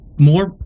more